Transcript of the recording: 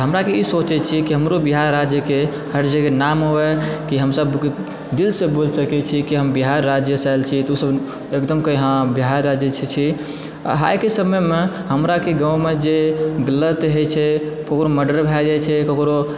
त हमराके ई सोचय छी कि हमरो बिहार राज्यके हर जगह नाम होअ कि हमसभ दिलसँ बोलि सकैत छी कि हम बिहार राज्यसँ आइलि छी तऽ उसभ एकदम कहय कि हँ बिहार राज्यसँ छी आइके समयमे हमराके गाँवमे जे गलत होइ छै ककरो मर्डर भए जाइ छै ककरो